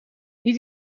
niet